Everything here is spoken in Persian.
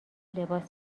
لباس